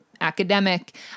academic